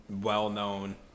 well-known